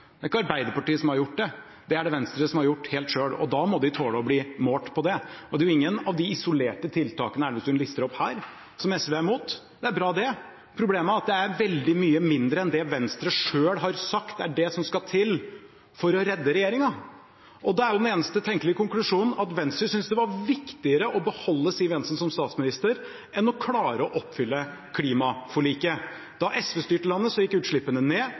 Det er ikke Arbeiderpartiet som har gjort det. Det er det Venstre som har gjort helt selv, og da må de tåle å bli målt på det. Det er ingen av de isolerte tiltakene Elvestuen lister opp her, som SV er imot. De er bra. Problemet er at det er veldig mye mindre enn det Venstre selv har sagt er det som skal til for å redde regjeringen. Da er jo den eneste tenkelige konklusjonen at Venstre synes det er viktigere å beholde Siv Jensen som finansminister enn å klare å oppfylle klimaforliket. Da SV styrte landet, gikk utslippene ned.